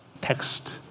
text